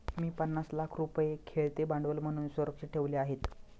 मी पन्नास लाख रुपये खेळते भांडवल म्हणून सुरक्षित ठेवले आहेत